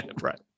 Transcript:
right